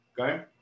Okay